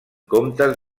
comptes